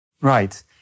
Right